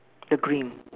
the green